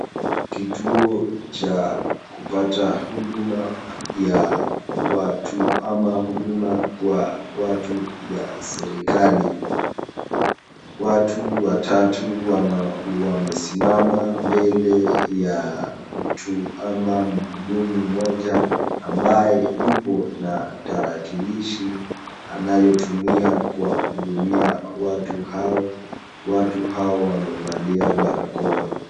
Kituo cha kupata huduma ya watu ama huduma kwa watu ya serekali, watu watatu wamesimama mbele ya mtu ama mhudumu moja ambaye yupo na tarakilishi anayo tumia kwa kuhudumia watu hao, watu hao wamevalia barakoa.